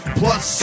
plus